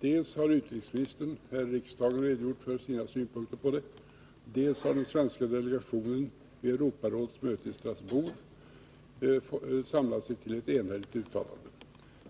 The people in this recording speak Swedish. Dels har utrikesministern här i riksdagen redogjort för sina synpunkter, dels har den svenska delegationen vid Europarådets möte i Strasbourg gjort ett enhälligt uttalande.